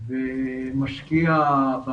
שאנחנו משקיעים